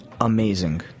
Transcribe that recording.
amazing